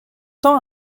temps